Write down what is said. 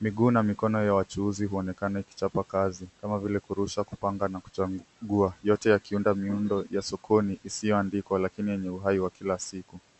Miguu na mikono ya wachuuzi huonekana ikichapa kazi, kama vile kurusha , kupanga na kuchagua, yote yakiunda miundo ya sokoni isiyoandikwa lakini yenye uhai wa kila siku.